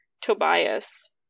Tobias